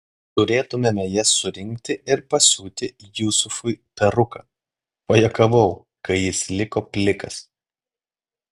turėtumėme jas surinkti ir pasiūti jusufui peruką pajuokavau kai jis liko plikas